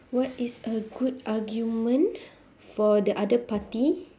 what is a good argument for the other party